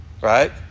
right